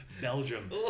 Belgium